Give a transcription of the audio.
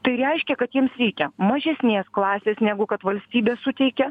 tai reiškia kad jiems reikia mažesnės klasės negu kad valstybė suteikia